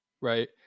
right